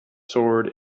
sword